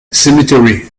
cemetery